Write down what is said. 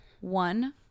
one